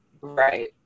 Right